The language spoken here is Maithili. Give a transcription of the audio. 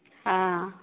हँ